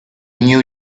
knew